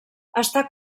està